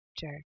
Jerk